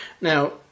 Now